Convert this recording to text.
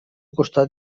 costat